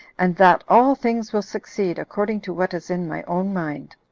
and that all things will succeed according to what is in my own mind.